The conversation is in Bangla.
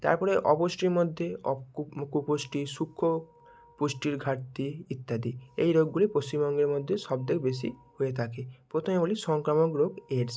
তারপরে অপুষ্টির মধ্যে অকু কুপুষ্টি সূক্ষ্ম পুষ্টির ঘাটতি ইত্যাদি এই রোগগুলি পশ্চিমবঙ্গের মধ্যে সব থেকে বেশি হয়ে থাকে প্রথমে বলি সংক্রামক রোগ এইডস